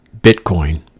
Bitcoin